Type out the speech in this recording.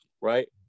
right